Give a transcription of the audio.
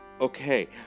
okay